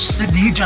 Sydney